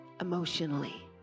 emotionally